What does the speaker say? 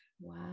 wow